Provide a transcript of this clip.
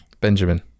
Benjamin